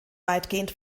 weitgehend